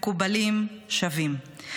מקובלים ושווים.